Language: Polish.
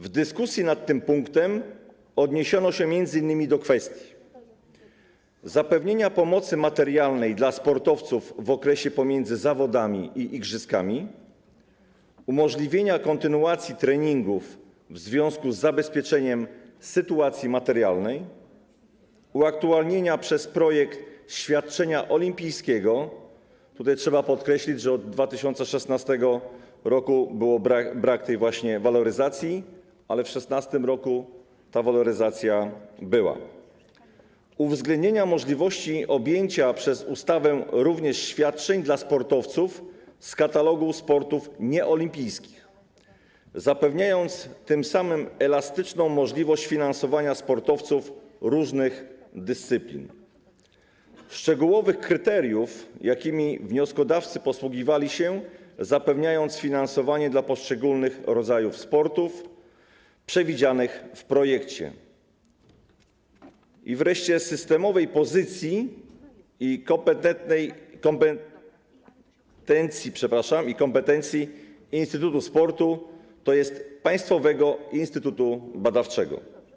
W dyskusji nad tym punktem odniesiono się m.in. do kwestii: zapewnienia pomocy materialnej dla sportowców w okresie pomiędzy zawodami i igrzyskami; umożliwienia kontynuacji treningów w związku z zabezpieczeniem sytuacji materialnej; uaktualnienia poprzez projekt świadczenia olimpijskiego - tutaj trzeba podkreślić, że od 2016 r. nie było takiej waloryzacji, ale w 2016 r. ta waloryzacja była; uwzględnienia możliwości objęcia ustawą również świadczeń dla sportowców z katalogu sportów nieolimpijskich i tym samym zapewnienia elastycznej możliwości finansowania sportowców różnych dyscyplin; szczegółowych kryteriów, jakimi wnioskodawcy posługiwali się, zapewniając finansowanie dla poszczególnych rodzajów sportów przewidzianych w projekcie; wreszcie systemowej pozycji i kompetencji Instytutu Sportu - Państwowego Instytutu Badawczego.